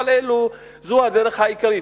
אבל זו הדרך העיקרית,